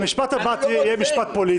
המשפט הבא יהיה משפט פוליטי.